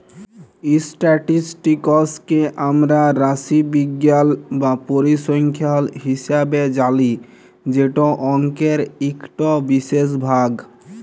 statistics কে আমরা রাশিবিজ্ঞাল বা পরিসংখ্যাল হিসাবে জালি যেট অংকের ইকট বিশেষ ভাগ